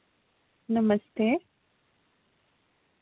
नमस्ते